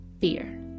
fear